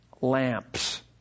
lamps